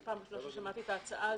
זו פעם ראשונה ששמעתי את ההצעה הזאת.